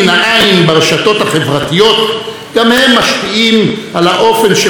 גם הם משפיעים על האופן שבו אנחנו חושבים ומתבטאים,